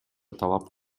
талап